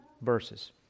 verses